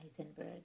Eisenberg